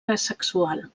asexual